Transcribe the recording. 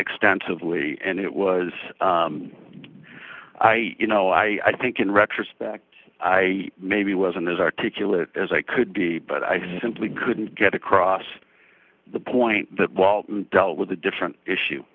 extensively and it was i you know i i think in retrospect i maybe wasn't as articulate as i could be but i simply couldn't get across the point that was dealt with a different issue